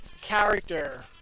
character